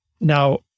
Now